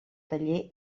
taller